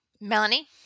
Melanie